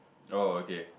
oh okay